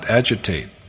agitate